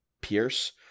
Pierce